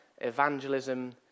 evangelism